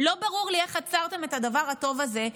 לא ברור לי איך עצרתם את הדבר הטוב הזה,